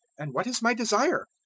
and what is my desire?